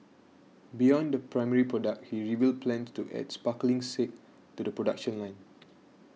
beyond the primary product he revealed plans to add sparkling sake to the production line